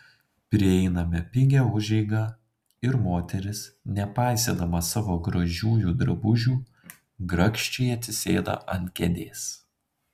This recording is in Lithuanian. prieiname pigią užeigą ir moteris nepaisydama savo gražiųjų drabužių grakščiai atsisėda ant kėdės